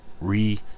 re